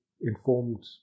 informed